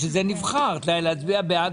בשביל זה נבחרת; להצביע בעד,